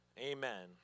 Amen